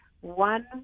one